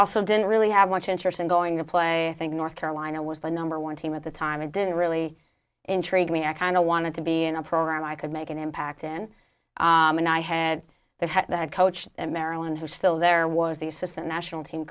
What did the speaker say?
also didn't really have much interest in going to play i think north carolina was the number one team at the time it didn't really intrigue me i kind of wanted to be in a program i could make an impact in and i had the coach in maryland who still there was the assistant national team